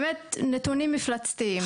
באמת נתונים מפלצתיים.